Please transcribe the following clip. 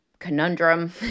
conundrum